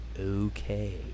okay